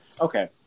Okay